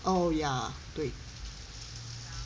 oh ya 对